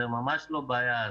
זה ממש לא בעיה,